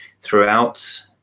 throughout